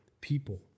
people